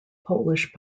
polish